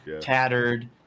tattered